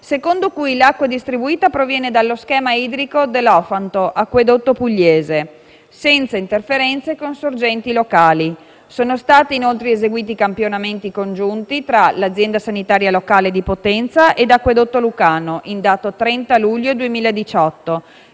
secondo cui l'acqua distribuita proviene dallo schema idrico dell'Ofanto (Acquedotto pugliese) senza interferenze con sorgenti locali; sono stati inoltre eseguiti campionamenti congiunti tra l'Azienda sanitaria locale di Potenza ed Acquedotto lucano in data 30 luglio 2018,